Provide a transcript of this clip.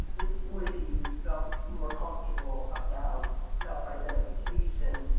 employees felt more comfortable about self identification.